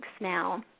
now